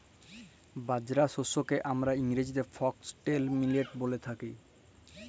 বাজরা শস্যকে হামরা ইংরেজিতে ফক্সটেল মিলেট ব্যলে থাকি